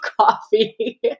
coffee